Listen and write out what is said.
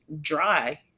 dry